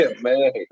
man